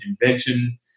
invention